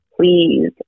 Please